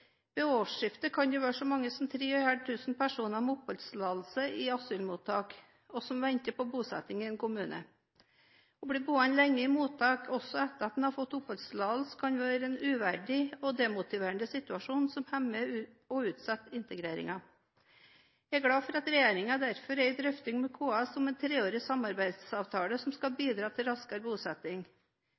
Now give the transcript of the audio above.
Ved årsskiftet kan det være så mange som 3 500 personer med oppholdstillatelse i asylmottak som venter på bosetting i en kommune. Å bli boende lenge i mottak, også etter at en har fått oppholdstillatelse, kan være en uverdig og demotiverende situasjon som hemmer og utsetter integreringen. Jeg er glad for at regjeringen derfor er i drøfting med KS om en treårig samarbeidsavtale som skal bidra til raskere bosetting.